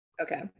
okay